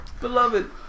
Beloved